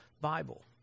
Bible